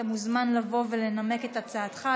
אתה מוזמן לבוא ולנמק את הצעתך.